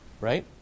right